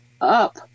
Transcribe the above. up